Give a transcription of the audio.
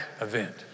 event